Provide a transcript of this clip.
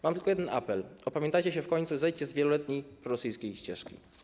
Mam tylko jeden apel: opamiętajcie się w końcu i zejdźcie z wieloletniej rosyjskiej ścieżki.